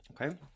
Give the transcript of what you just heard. Okay